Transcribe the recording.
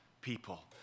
people